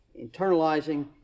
internalizing